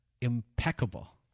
Impeccable